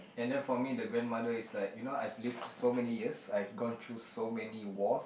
and then for me the grandmother is like you know I lived so many years I've gone through so many wars